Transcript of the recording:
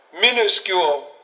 minuscule